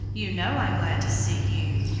you know i'm glad to see you.